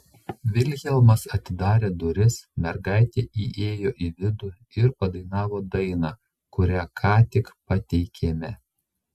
vilhelmas atidarė duris mergaitė įėjo į vidų ir padainavo dainą kurią ką tik pateikėme